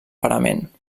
parament